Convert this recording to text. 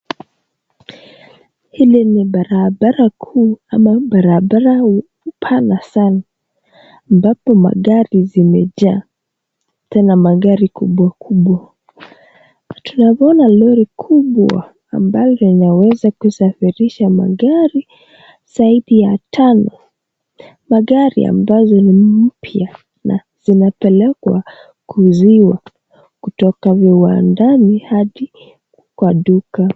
Hili ni barabara kuu ama barabara pana sana ambapo magari zimejaa tena magari kubwa kubwa. Tunaona lori kubwa ambalo linaweza kusafirisha magari zaidi ya tano. Magari ambazo ni mpya na zinapelekwa kuuziwa kutoka viwandani hadi kwa duka.